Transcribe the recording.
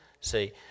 See